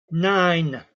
nine